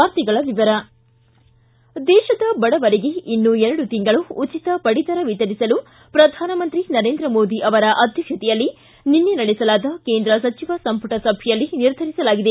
ವಾರ್ತೆಗಳ ವಿವರ ದೇಶದ ಬಡವರಿಗೆ ಇನ್ನೂ ಎರಡು ತಿಂಗಳು ಉಚಿತ ಪಡಿತರ ವಿತರಿಸಲು ಪ್ರಧಾನಮಂತ್ರಿ ನರೇಂದ್ರ ಮೋದಿ ಅವರ ಅಧ್ಯಕ್ಷತೆಯಲ್ಲಿ ನಿನ್ನೆ ನಡೆಸಲಾದ ಕೇಂದ್ರ ಸಚಿವ ಸಂಮಟ ಸಭೆಯಲ್ಲಿ ನಿರ್ಧರಿಸಲಾಗಿದೆ